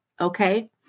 Okay